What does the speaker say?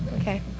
Okay